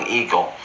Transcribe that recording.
eagle